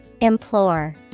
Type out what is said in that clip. Implore